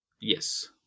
Yes